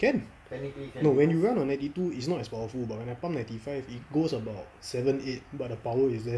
can no when you run on ninety two is not as powerful but when I pump ninety five it goes about like seven eight but the power is there